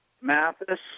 Mathis